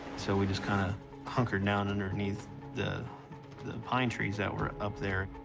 so we just kind of hunkered down underneath the the pine trees that were up there.